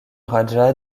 raja